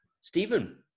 Stephen